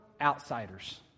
outsiders